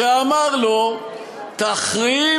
שאמר לו: תחרים,